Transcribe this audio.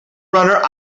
runner